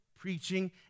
Preaching